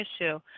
issue